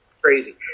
Crazy